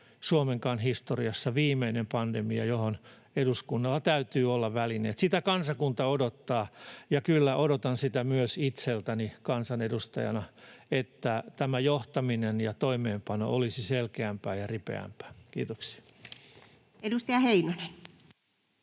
Suomenkaan historiassa viimeinen pandemia, ja siihen eduskunnalla täytyy olla välineet. Sitä kansakunta odottaa, ja kyllä odotan sitä myös itseltäni kansanedustajana, että johtaminen ja toimeenpano olisi selkeämpää ja ripeämpää. — Kiitoksia. [Speech